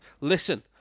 Listen